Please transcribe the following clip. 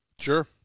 Sure